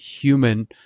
human